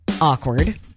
awkward